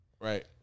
Right